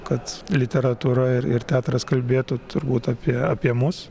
kad literatūra ir ir teatras kalbėtų turbūt apie apie mus